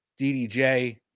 DDJ